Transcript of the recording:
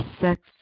sex